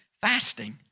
fasting